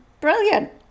brilliant